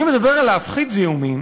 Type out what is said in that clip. אני מדבר על להפחית זיהומים,